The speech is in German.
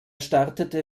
startete